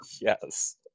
Yes